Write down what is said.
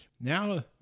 Now